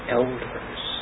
elders